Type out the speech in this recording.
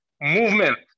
movement